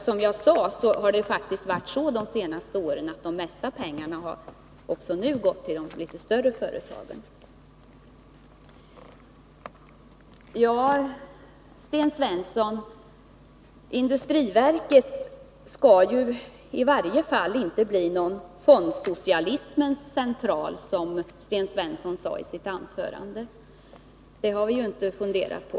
Som jag sade har de mesta pengarna under senare år faktiskt gått till de litet större företagen. Industriverket skall, Sten Svensson, i varje fall inte bli någon fondsocialismens central, som Sten Svensson sade i sitt anförande. Det har vi inte funderat på.